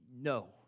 no